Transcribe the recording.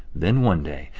then one day,